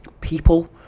people